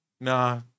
Nah